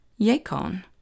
Yacon